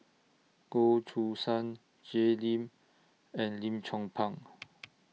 Goh Choo San Jay Lim and Lim Chong Pang